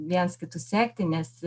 viens kitu sekti nes